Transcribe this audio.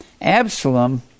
Absalom